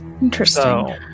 Interesting